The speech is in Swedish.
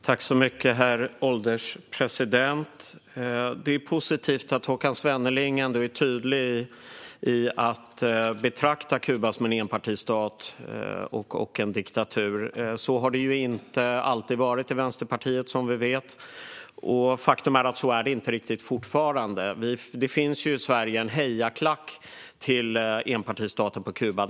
Herr ålderspresident! Det är positivt att Håkan Svenneling ändå är tydlig med att han betraktar Kuba som en enpartistat och en diktatur. Så har det inte alltid varit i Vänsterpartiet, som vi vet. Faktum är också att det fortfarande inte riktigt är så. Det finns i Sverige en hejarklack för enpartistaten på Kuba.